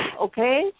okay